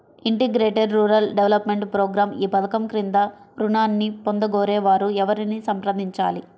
Integrated rural development programme ఈ పధకం క్రింద ఋణాన్ని పొందగోరే వారు ఎవరిని సంప్రదించాలి?